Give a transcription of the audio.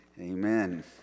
amen